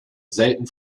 selten